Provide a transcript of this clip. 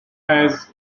has